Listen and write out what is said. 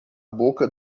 boca